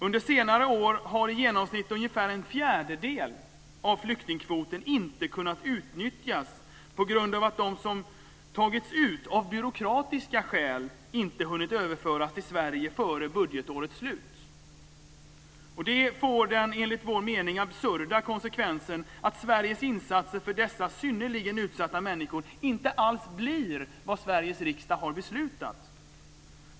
Under senare år har i genomsnitt ungefär en fjärdedel av flyktingkvoten inte kunnat utnyttjas på grund av att de som tagits ut av byråkratiska skäl inte hunnit överföras till Sverige före budgetårets slut. Detta får den, enligt vår mening, absurda konsekvensen att Sveriges insatser för dessa synnerligen utsatta människor inte alls blir vad Sveriges riksdag har beslutat.